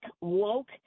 woke